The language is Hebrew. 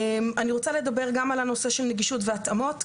אני רוצה לדבר גם על הנושא של נגישות והתאמות,